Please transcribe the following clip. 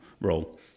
role